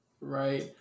right